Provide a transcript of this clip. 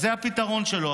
זה הפתרון שלו,